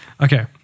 Okay